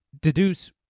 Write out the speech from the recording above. deduce